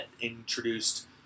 introduced